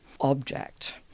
object